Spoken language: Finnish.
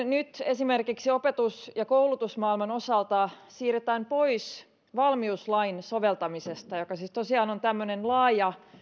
nyt esimerkiksi opetus ja koulutusmaailman osalta siirrytään pois valmiuslain soveltamisesta joka siis tosiaan on tämmöinen laaja